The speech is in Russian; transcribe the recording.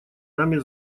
нами